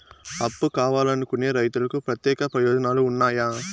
అప్పు కావాలనుకునే రైతులకు ప్రత్యేక ప్రయోజనాలు ఉన్నాయా?